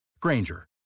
Granger